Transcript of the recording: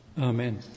Amen